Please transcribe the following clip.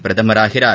பிரதமராகிறார்